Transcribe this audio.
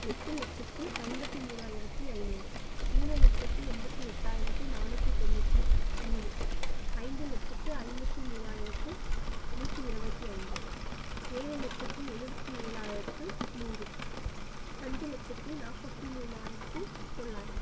எட்டு லட்சத்தி ஐம்பத்தி மூணாயிரத்தி ஐநூறு மூணு லட்சத்தி எண்பத்தி எட்டாயிரத்தி நானூற்றி தொண்ணூற்றி மூணு ஐந்து லட்சத்து ஐம்பத்து மூணாயிரத்து நூற்றி இரபத்தி ஐந்து ஏழு லட்சத்தி எழுபத்து ஏழாயிரத்து நூறு அஞ்சு லட்சத்தி நாற்பத்தி மூணாயிரத்தி தொள்ளாயிரம்